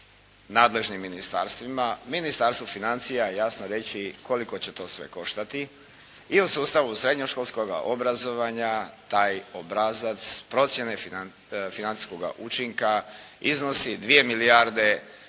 nadležnim ministarstvima, Ministarstvo financija jasno reći koliko će to sve koštati i u sustavu srednjoškolskoga obrazovanja taj obrazac procjene financijskoga učinka iznosi 2 milijarde